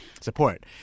support